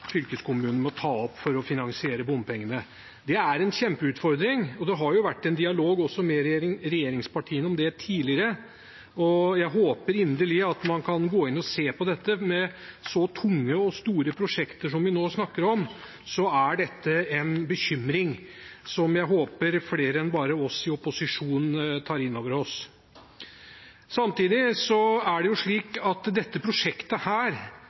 fylkeskommunene nå må ta opp for å finansiere bompengene, er en kjempeutfordring. Det har jo også vært en dialog med regjeringspartiene om det tidligere, og jeg håper inderlig at man kan gå inn og se på dette. Med så tunge og store prosjekter som vi nå snakker om, er dette en bekymring som jeg håper flere enn bare vi i opposisjonen tar inn over oss. Samtidig er det slik at dette prosjektet